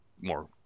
more